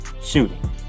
Shooting